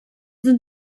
sind